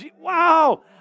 Wow